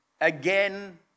again